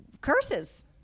curses